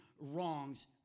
wrongs